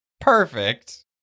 perfect